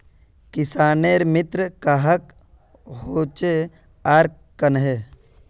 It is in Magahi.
किसानेर मित्र कहाक कोहचे आर कन्हे?